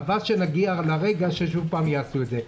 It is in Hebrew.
חבל שנגיע לרגע ששוב יעשו את זה.